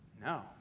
No